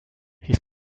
his